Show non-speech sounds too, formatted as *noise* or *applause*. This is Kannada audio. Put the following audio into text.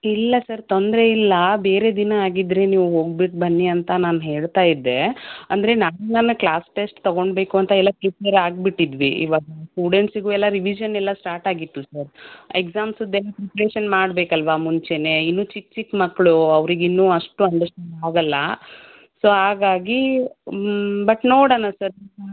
ಇಲ್ಲ ಸರ್ ತೊಂದರೆ ಇಲ್ಲ ಬೇರೆ ದಿನ ಆಗಿದ್ದರೆ ನೀವು ಬಿಟ್ಟು ಬನ್ನಿ ಅಂತ ನಾನು ಹೇಳ್ತಾ ಇದ್ದೆ ಅಂದರೆ ನಾನೆಲ್ಲ ಕ್ಲಾಸ್ ಟೆಸ್ಟ್ ತಗೊಳ್ಬೇಕು ಅಂತ ಎಲ್ಲ ಪ್ರಿಪೇರ್ ಆಗಿಬಿಟ್ಟಿದ್ವಿ ಇವಾಗ ಸ್ಟೂಡೆಂಟ್ಸಿಗೂ ಎಲ್ಲ ರಿವಿಷನ್ನೆಲ್ಲ ಸ್ಟಾರ್ಟಾಗಿತ್ತು ಸರ್ ಎಕ್ಸಾಮ್ಸುದೆಲ್ಲ ಪ್ರಿಪ್ರೇಶನ್ ಮಾಡಬೇಕಲ್ವ ಮುಂಚೆಯೇ ಇನ್ನೂ ಚಿಕ್ಕ ಚಿಕ್ಕ ಮಕ್ಕಳು ಅವರಿಗಿನ್ನೂ ಅಷ್ಟು ಅಂಡರ್ಸ್ಟಾಂಡ್ ಆಗೋಲ್ಲ ಸೊ ಹಾಗಾಗಿ ಬಟ್ ನೋಡಣ ಸರ್ *unintelligible*